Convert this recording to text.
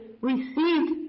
received